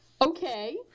Okay